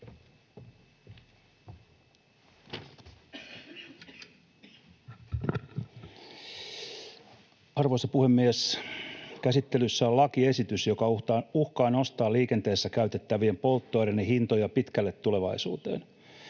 Arvoisa puhemies! Käsittelyssä on lakiesitys, joka uhkaa nostaa liikenteessä käytettävien polttoaineiden hintoja pitkälle tulevaisuuteen.